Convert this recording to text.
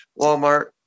Walmart